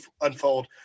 unfold